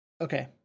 Okay